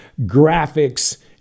graphics